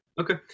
Okay